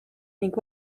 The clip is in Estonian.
ning